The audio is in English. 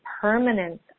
permanence